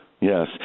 Yes